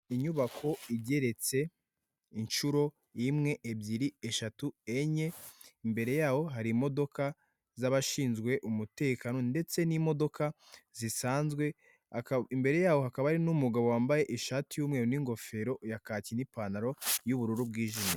Inyubako igeretse inshuro imwe ebyiri, eshatu, enye, imbere yaho hari imodoka z'abashinzwe umutekano ndetse n'imodoka zisanzwe, imbere yabo hakaba hari n'umugabo wambaye ishati y'umweru n'ingofero ya kaki, n'ipantaro y'ubururu bwijimye.